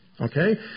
okay